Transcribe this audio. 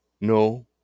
no